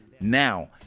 Now